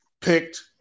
picked